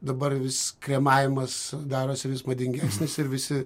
dabar vis kremavimas darosi vis madingesnis ir visi